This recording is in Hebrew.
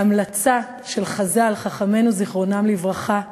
ההמלצה של חז"ל, חכמינו זיכרונם לברכה,